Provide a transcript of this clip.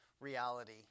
reality